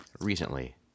recently